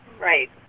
Right